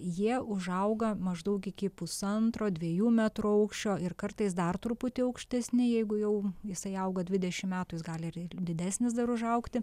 jie užauga maždaug iki pusantro dviejų metrų aukščio ir kartais dar truputį aukštesni jeigu jau jisai auga dvidešim metų jis gali ir didesnis dar užaugti